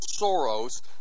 Soros